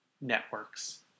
networks